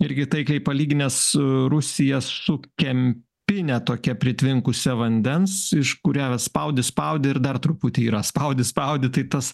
irgi taikliai palyginęs rusiją su kempine tokia pritvinkusia vandens iš kurią spaudi spaudi ir dar truputį yra spaudi spaudi tai tas